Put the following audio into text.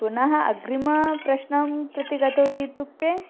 पुनः अग्रिमप्रश्नं प्रति गतवती इत्युक्ते